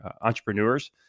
entrepreneurs